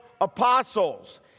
apostles